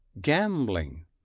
gambling